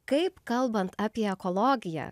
kaip kalbant apie ekologiją